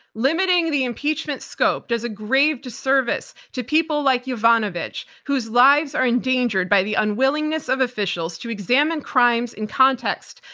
limiting the impeachment scope does a grave disservice to people like yovanovitch, whose lives are in danger by the unwillingness of officials to examine crimes in context,